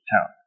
town